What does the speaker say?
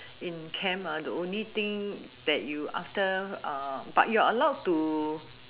in camp ah the only thing that you after but you're allowed to